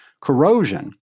corrosion